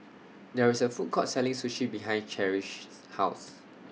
There IS A Food Court Selling Sushi behind Cherish's House